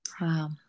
Wow